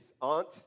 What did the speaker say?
aunt